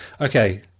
Okay